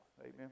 Amen